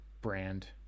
brand